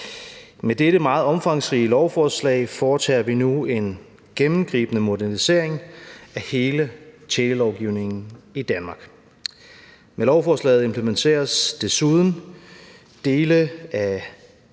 Med dette meget omfangsrige lovforslag foretager vi nu en gennemgribende modernisering af hele telelovgivningen i Danmark. Med lovforslaget implementeres desuden dele af